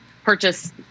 purchase